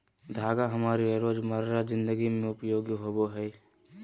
धागा हमारी रोजमर्रा जिंदगी में उपयोगी होबो हइ